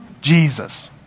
Jesus